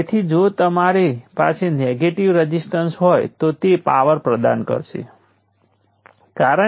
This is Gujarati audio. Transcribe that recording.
તેથી કેટલાક સોર્સો પાવરનું નિરીક્ષણ કરી શકે છે તેથી આ શક્ય છે